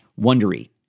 Wondery